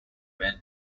where